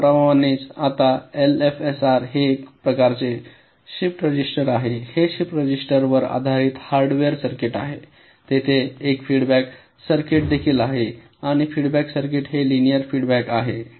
नावाप्रमाणेच आता एलएफएसआर हे एक प्रकारचे शिफ्ट रजिस्टर आहे हे शिफ्ट रजिस्टरवर आधारित हार्डवेअर सर्किट आहे तेथे एक फीडबॅक सर्किट देखील आहे आणि फीडबॅक सर्किट हे लिनिअर फीडबॅक आहे